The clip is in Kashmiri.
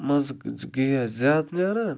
منٛزٕ زٕ گیس زیادٕ نیران